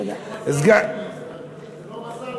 זה לא מזל,